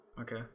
okay